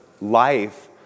life